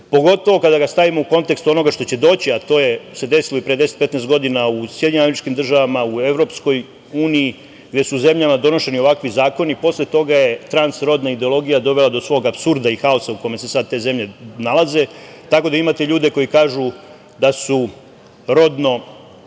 pogotovo kada ga stavimo u kontekst onoga što će doći, a to se desilo i pre 10-15 godina u Sjedinjenim Američkim Državama, u Evropskoj uniji, gde su u zemljama donošeni ovakvi zakoni, posle toga je transrodna ideologija dovela do svog apsurda i haosa u kome se sada te zemlje nalaze. Tako da imate ljude koji kažu da su transrodno